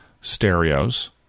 stereos